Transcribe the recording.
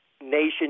nation